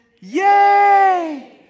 yay